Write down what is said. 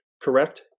correct